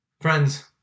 Friends